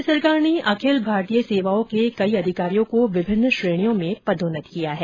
राज्य सरकार ने अखिल भारतीय सेवाओं के कई अधिकारियों को विभिन्न श्रेणियों में पदौन्नत किया है